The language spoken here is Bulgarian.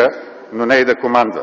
ефективно, но не и да командва.